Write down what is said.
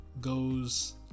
goes